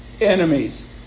enemies